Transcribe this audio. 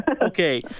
Okay